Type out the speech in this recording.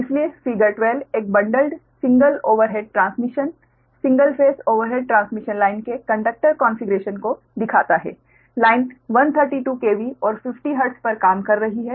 इसलिए फिगर 12 एक bundled single overhead transmission single phase overhead transmission line के conductor configuration को दिखाता है लाइन 132 KV और 50 हर्ट्ज पर काम कर रही है